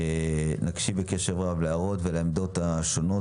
נקשיב בקשב רב להערות ולעמדות השונות